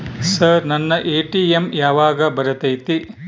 Sir ನನ್ನ ATM ಯಾವಾಗ ಬರತೈತಿ?